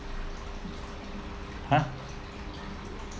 !huh!